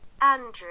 Andrew